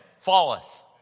falleth